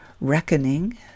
reckoning